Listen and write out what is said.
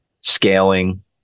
scaling